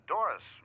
Doris